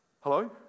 Hello